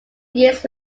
years